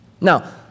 Now